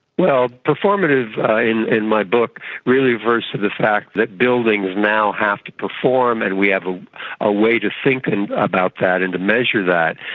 well, performative in in my book really refers to the fact that buildings now have to perform and we have a ah way to think and about that and to measure that.